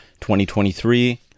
2023